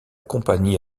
compagnie